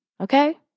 Okay